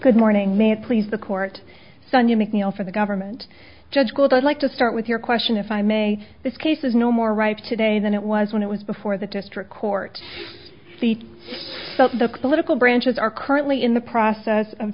good morning may it please the court son you make me feel for the government judge gould i'd like to start with your question if i may this case is no more right today than it was when it was before the district court seat the political branches are currently in the process of